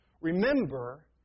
remember